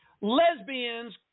lesbians